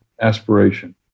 aspiration